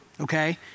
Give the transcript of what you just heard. okay